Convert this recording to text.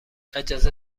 اجازه